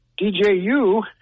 DJU